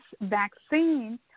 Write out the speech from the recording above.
vaccine